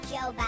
Joe